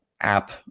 app